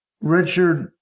Richard